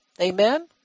Amen